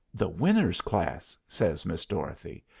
the winners' class, says miss dorothy.